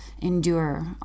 endure